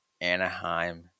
Anaheim